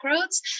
roads